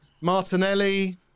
Martinelli